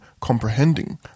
Comprehending